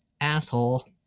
Asshole